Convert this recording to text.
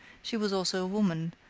she was also a woman,